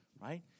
right